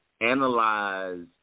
analyze